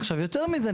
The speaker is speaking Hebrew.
עכשיו יותר מזה,